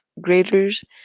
graders